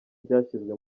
byashyizwe